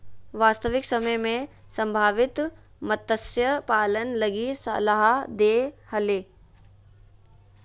वास्तविक समय में संभावित मत्स्य पालन लगी सलाह दे हले